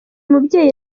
mubyeyi